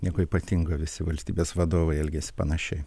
nieko ypatingo visi valstybės vadovai elgiasi panašiai